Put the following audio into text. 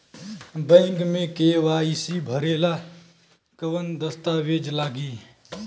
Bank मे KYC भरेला कवन दस्ता वेज लागी?